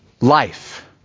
life